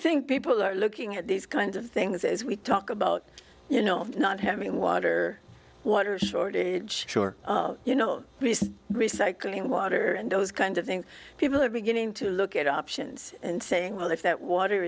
think people are looking at these kinds of things as we talk about you know not having water water shortage sure you know recycling water and those kinds of things people are beginning to look at options and saying well if that water